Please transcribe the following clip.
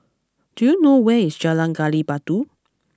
do you know where is Jalan Gali Batu